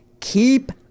keep